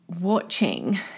watching